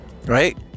Right